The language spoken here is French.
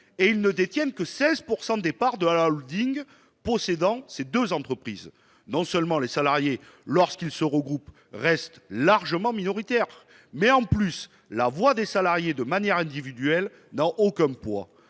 ils ne détiennent que 16 % des parts de la possédant ces deux entreprises. Ainsi, les salariés, lorsqu'ils se regroupent, restent largement minoritaires, et de plus la voix des salariés considérés individuellement n'a aucun poids.